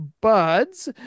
buds